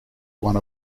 one